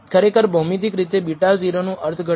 ખરેખર ભૌમિતિક રીતે β0 નું અર્થઘટન કરે છે